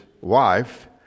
wife